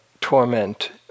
torment